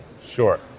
Sure